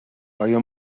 ایا